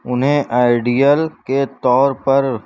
انہیں آئیڈیل کے طور پر